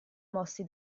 mossi